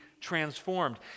transformed